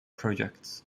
projects